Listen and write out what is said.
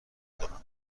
کنم